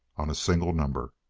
on a single number.